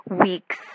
weeks